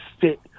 fit